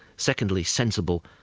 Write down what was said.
secondly, sensible,